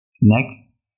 Next